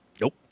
Nope